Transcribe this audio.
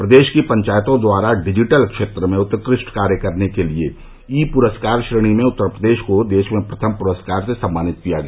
प्रदेश की पंचायतों द्वारा डिजिटल क्षेत्र में उत्कृष्ट कार्य करने के लिये ई पुरस्कार श्रेणी में उत्तर प्रदेश को देश में प्रथम पुरस्कार से सम्मानित किया गया